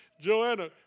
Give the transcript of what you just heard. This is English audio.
Joanna